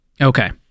Okay